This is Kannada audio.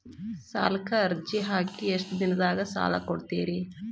ಸಾಲಕ ಅರ್ಜಿ ಹಾಕಿ ಎಷ್ಟು ದಿನದಾಗ ಸಾಲ ಕೊಡ್ತೇರಿ?